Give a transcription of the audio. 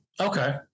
Okay